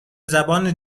زبان